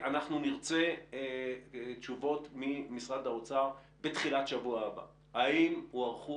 אנחנו נרצה תשובות מידיות ממשרד האוצר האם הוארכה